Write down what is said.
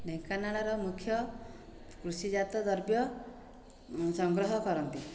ଢେଙ୍କାନାଳର ମୁଖ୍ୟ କୃଷିଜାତ ଦ୍ରବ୍ୟ ସଂଗ୍ରହ କରନ୍ତି